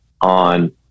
on